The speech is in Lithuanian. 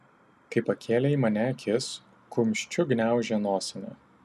kai pakėlė į mane akis kumščiu gniaužė nosinę